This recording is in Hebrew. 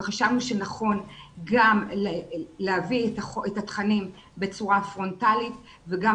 וחשבנו שנכון גם להביא את התכנים בצורה פרונטלית וגם